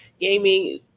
gaming